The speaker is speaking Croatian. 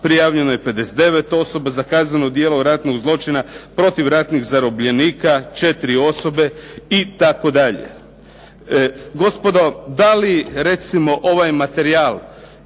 prijavljeno je 59 osoba, za kazneno djelo ratnog zločina protiv ratnih zarobljenika 4 osobe itd. Gospodo da li recimo ovaj materijal